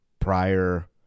prior